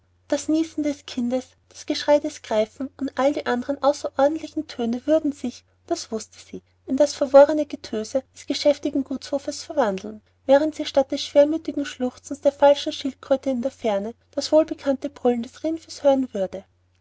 das niesen des kindes das geschrei des greifen und all die andern außerordentlichen töne würden sich das wußte sie in das verworrene getöse des geschäftigen gutshofes verwandeln während sie statt des schwermüthigen schluchzens der falschen schildkröte in der ferne das wohlbekannte brüllen des rindviehes hören würde